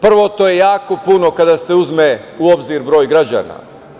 Prvo, to je jako puno kada se uzme u obzir broj građana.